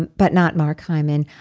and but not mark hymen,